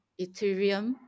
Ethereum